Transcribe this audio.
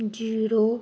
zero